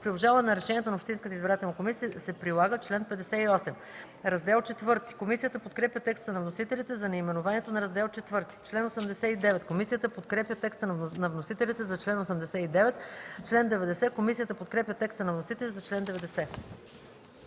При обжалване на решенията на общинската избирателна комисия се прилага чл. 58.” Раздел IV. Комисията подкрепя текста на вносителите за наименованието на Раздел ІV. Комисията подкрепя текста на вносителите за чл. 89. Комисията подкрепя текста на вносителите за чл. 90.